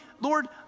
Lord